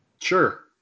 Sure